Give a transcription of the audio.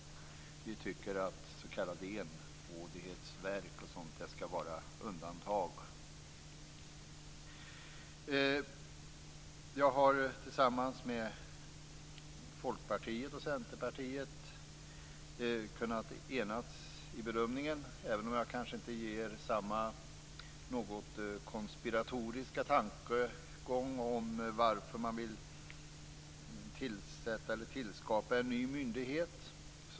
Vi tycker att s.k. enrådighetsverk och sådant skall vara undantag. Jag har också kunnat enas med Folkpartiet och Centerpartiet i en bedömning. Jag delar i och för sig kanske inte den något konspiratoriska tankegången beträffande varför man vill tillskapa en ny myndighet.